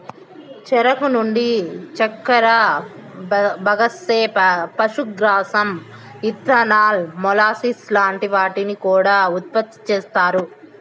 చెరుకు నుండి చక్కర, బగస్సే, పశుగ్రాసం, ఇథనాల్, మొలాసిస్ లాంటి వాటిని కూడా ఉత్పతి చేస్తారు